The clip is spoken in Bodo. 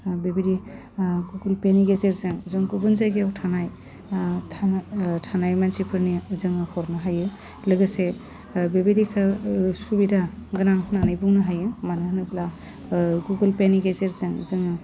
बेबायदि गुगोल पेनि गेजेरजों जों गुबुन जायगायाव थानाय था थानाय मानसिफोरनि जोङो हरनो हायो लोगोसे बेबादिखो सुबिदा गोनां होन्नानै बुंनो हायो मानो होनोब्ला गुगोल पेनि गेजेरजों जोङो